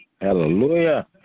Hallelujah